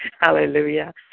Hallelujah